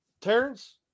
Terrence